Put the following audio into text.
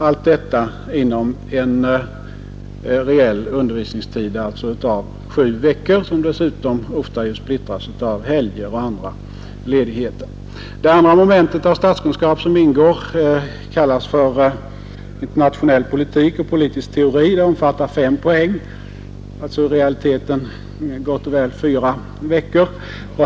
Allt detta alltså inom en reell undervisningstid av sju veckor, som dessutom oftast splittras av helger och andra ledigheter! Det andra moment av statskunskap som ingår, internationell politik och politisk teori, omfattar fem poäng, alltså i realiteten gott och väl fyra veckor.